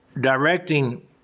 directing